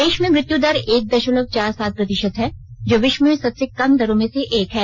देश में मृत्यु दर एक दशमलव चार सात प्रतिशत है जो विश्व में सबसे कम दरों में से एक है